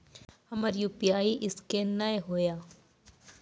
हमर UPI scan नेय हो या?